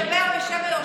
הוא מדבר בשם היושב-ראש.